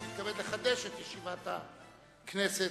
אני מתכבד לחדש את ישיבת הכנסת,